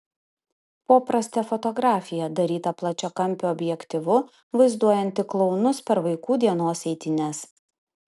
poprastė fotografija daryta plačiakampiu objektyvu vaizduojanti klounus per vaikų dienos eitynes